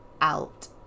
out